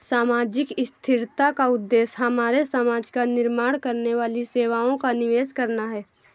सामाजिक स्थिरता का उद्देश्य हमारे समाज का निर्माण करने वाली सेवाओं का निवेश करना है